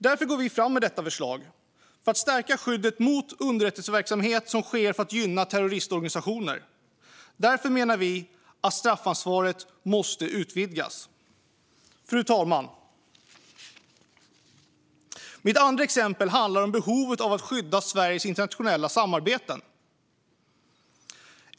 Därför går vi fram med detta förslag för att stärka skyddet mot underrättelseverksamhet som sker för att gynna terroristorganisationer, och därför menar vi att straffansvaret måste utvidgas. Fru talman! För det andra handlar det om behovet av att skydda Sveriges internationella samarbeten.